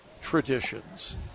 traditions